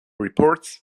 reports